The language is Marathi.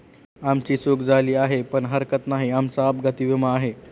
आमची चूक झाली आहे पण हरकत नाही, आमचा अपघाती विमा आहे